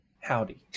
howdy